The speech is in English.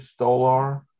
Stolar